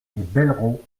bellerots